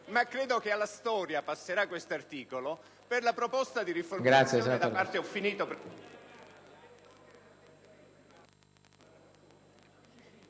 Grazie,